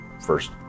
first